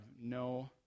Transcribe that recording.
no